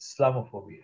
Islamophobia